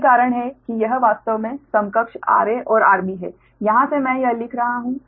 यही कारण है कि यह वास्तव में समकक्ष rA और rB है यहाँ से मैं यह लिख रहा हूं